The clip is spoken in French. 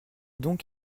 donc